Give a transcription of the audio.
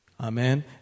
Amen